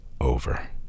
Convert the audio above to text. over